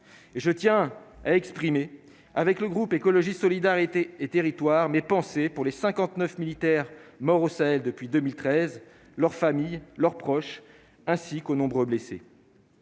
je tiens à exprimer avec le groupe Écologie Solidarité et territoires mais pensées pour les 59 militaires morts au Sahel depuis 2013, leurs familles, leurs proches ainsi qu'aux nombreux blessés